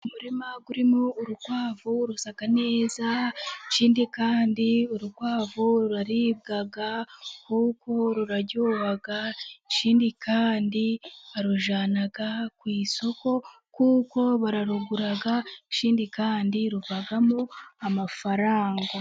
Umurima urimo urukwavu rusa neza, ikindi kandi urukwavu ruraribwa kuko ruraryoha. Ikindi kandi barujyana ku isoko kuko bararugura ikindi kandi ruvamo amafaranga.